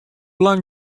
lang